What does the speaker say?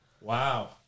Wow